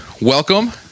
Welcome